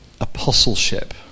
apostleship